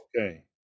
Okay